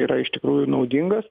yra iš tikrųjų naudingas